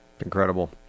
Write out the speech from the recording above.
Incredible